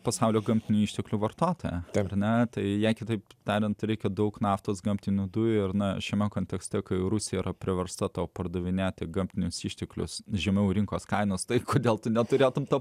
pasaulio gamtinių išteklių vartotoja taip ar ne jai kitaip tariant reikia daug naftos gamtinių dujų ir na šiame kontekste kai rusija yra priversta pardavinėti gamtinius išteklius žemiau rinkos kainos tai kodėl tu neturėtumei to